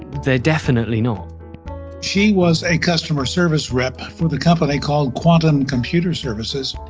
they're definitely not she was a customer service rep for the company called quantum computer services,